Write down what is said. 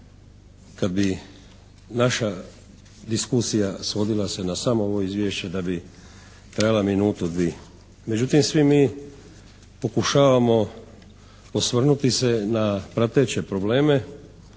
kad bi naša diskusija svodila se samo na ovo izvješće da bi trajala minutu, dvi. Međutim, svi mi pokušavamo osvrnuti se na prateće probleme